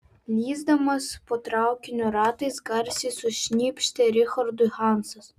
lįsdamas po traukinio ratais garsiai sušnypštė richardui hansas